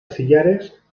sillares